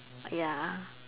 ya